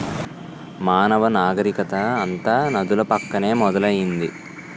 మానవ నాగరికత అంతా నదుల పక్కనే మొదలైంది